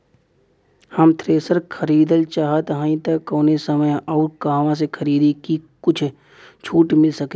हम थ्रेसर खरीदल चाहत हइं त कवने समय अउर कहवा से खरीदी की कुछ छूट मिल सके?